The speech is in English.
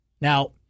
Now